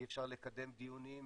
אי אפשר לקדם דיונים,